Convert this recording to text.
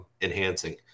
enhancing